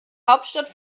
hauptstadt